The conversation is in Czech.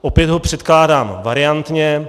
Opět ho předkládám variantně.